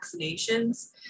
vaccinations